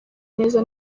neza